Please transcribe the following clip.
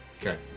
Okay